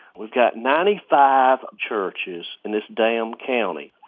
we've got ninety five churches in this damn county.